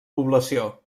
població